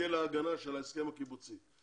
יזכה להגנה של ההסכם הקיבוצי.